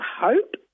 hope